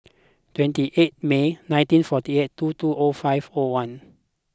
twenty eighth May nineteen forty eight two two O five O one